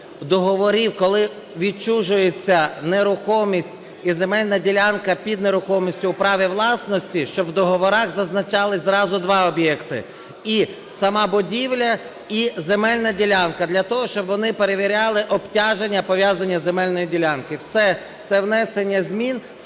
договорів, коли відчужується нерухомість і земельна ділянка під нерухомістю у праві власності, щоб в договорах зазначались зразу два об'єкти – і сама будівля, і земельна ділянка для того, щоб вони перевіряли обтяження, пов'язані з земельною ділянкою, все. Це внесення змін